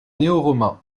néoroman